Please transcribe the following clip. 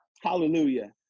Hallelujah